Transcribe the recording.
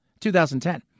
2010